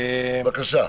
בבקשה.